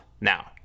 now